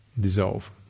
dissolve